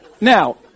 Now